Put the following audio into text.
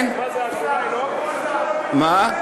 לא, לא.